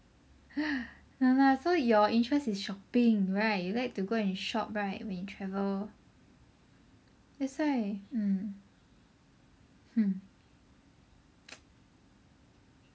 !hanna! so your interest is shopping right you like to go and shop right when you travel that's why mm hmm